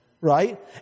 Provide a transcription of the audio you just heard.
Right